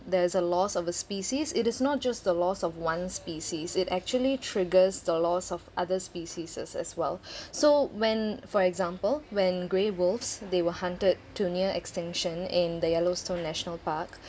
there's a loss of a species it is not just the loss of one species it actually triggers the loss of other species as well so when for example when grey wolves they were hunted to near extinction in the yellowstone national park